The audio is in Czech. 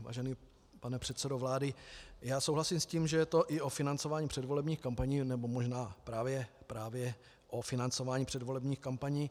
Vážený pane předsedo vlády, já souhlasím s tím, že je to i o financování předvolebních kampaní, nebo možná právě o financování předvolebních kampaní.